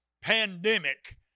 pandemic